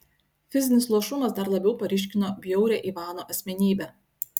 fizinis luošumas dar labiau paryškino bjaurią ivano asmenybę